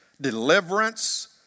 deliverance